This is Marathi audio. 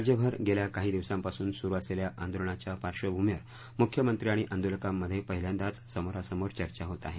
राज्यभर गेल्या काही दिवसांपासून सुरु असलेल्या आंदोलनांच्या पार्श्वभूमीवर मुख्यमंत्री आणि आंदोलकांमध्ये पहिल्यांदाच समोरासमोर चर्चा होत आहे